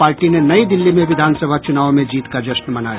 party ने नई दिल्ली में विधान सभा चुनावों में जीत का जश्न मनाया